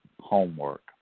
homework